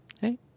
hey